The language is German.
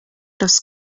das